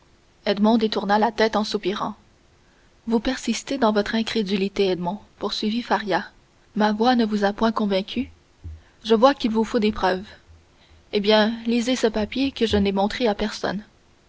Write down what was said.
détourna la tête en soupirant vous persistez dans votre incrédulité edmond poursuivit faria ma voix ne vous a point convaincu je vois qu'il vous faut des preuves eh bien lisez ce papier que je n'ai montré à personne